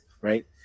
right